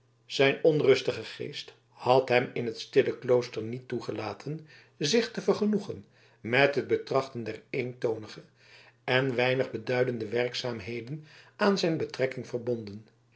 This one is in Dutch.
zijn onrustige geest had hem in het stille klooster niet toegelaten zich te vergenoegen met het betrachten der eentonige en weinig beduidende werkzaamheden aan zijn betrekking verbonden